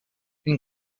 une